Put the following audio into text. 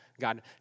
God